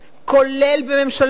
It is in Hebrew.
כולל בממשלות